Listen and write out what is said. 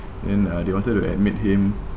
and uh they wanted to admit him